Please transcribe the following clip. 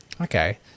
Okay